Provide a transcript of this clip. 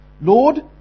Lord